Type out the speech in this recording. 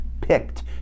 picked